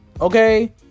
Okay